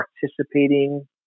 participating